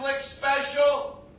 special